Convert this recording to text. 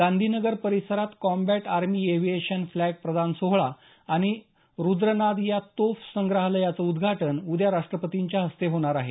गांधीनगर परिसरात combat army aviation flag प्रदान सोहळा आणि रुद्रनाद या तोफ संग्रहालयाचं उद्घाटन उद्घा राष्ट्रपतींच्या हस्ते होणार आहे